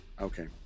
Okay